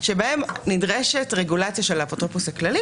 שבהם נדרשת רגולציה של האפוטרופוס הכללי,